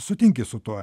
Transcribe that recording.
sutinki su tuo